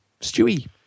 Stewie